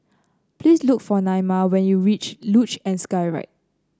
please look for Naima when you reach Luge and Skyride